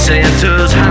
Santa's